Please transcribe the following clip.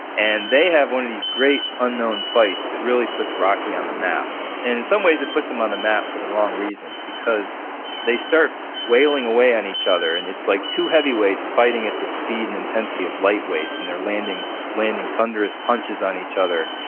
and they have one of these great unknown fights that really puts rocky on the map in some ways, it puts him on the map for the wrong reasons because they start wailing away on each other, and it's like two heavyweights fighting at the speed and intensity of lightweights and they're landing landing thunderous punches on each other.